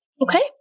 Okay